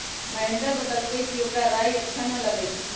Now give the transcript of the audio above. महेंदर बतलकई कि ओकरा राइ अच्छा न लगई छई